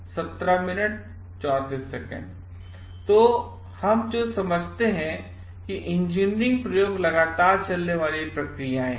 तो हम जो समझते हैं कि इंजीनियरिंग प्रयोग लगातार चलने वाली प्रक्रिया हैं